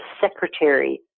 secretary